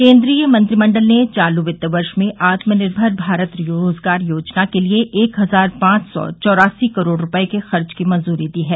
केंद्रीय मंत्रिमंडल ने चालू वित्त वर्ष में आत्मनिर्भर भारत रोजगार योजना के लिए एक हजार पांच सौ चौरासी करोड़ रुपये के खर्च की मंजूरी दी है